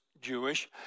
Jewish